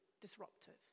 disruptive